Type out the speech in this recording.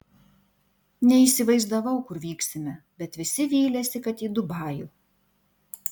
neįsivaizdavau kur vyksime bet visi vylėsi kad į dubajų